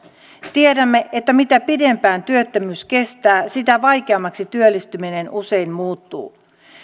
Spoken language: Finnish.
tiedämme että mitä pidempään työttömyys kestää sitä vaikeammaksi työllistyminen usein muuttuu